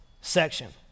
section